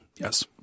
Yes